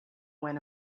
when